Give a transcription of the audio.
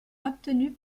obtenue